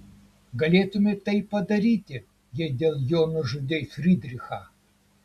galėtumei tai padaryti jei dėl jo nužudei frydrichą